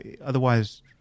otherwise